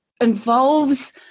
involves